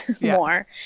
more